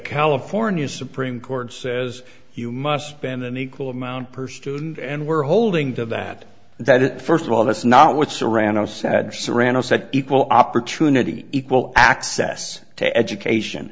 california supreme court says you must spend in the equal amount per student and we're holding to that that first of all that's not what serrano said serrano said equal opportunity equal access to education